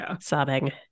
sobbing